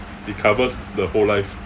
it covers the whole life